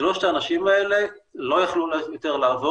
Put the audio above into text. שלושת האנשים האלה לא יכלו לעבוד,